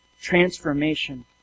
Transformation